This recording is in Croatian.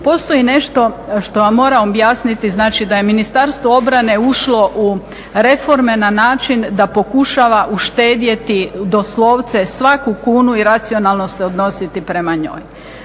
Postoji nešto što vam moram objasniti, znači da je Ministarstvo obrane ušlo u reforme na način da pokušava uštedjeti doslovce svaku kunu i racionalno se odnositi prema njoj.